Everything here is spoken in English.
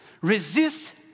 Resist